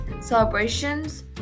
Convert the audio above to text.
celebrations